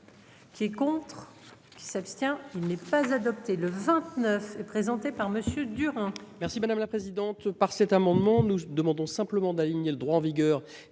Qui est contre. Qui s'abstient. Il n'est pas adopté le 29 et présenté par Monsieur